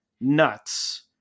nuts